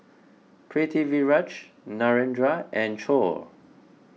Pritiviraj Narendra and Choor